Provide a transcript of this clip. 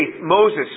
Moses